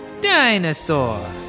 dinosaur